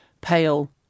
pale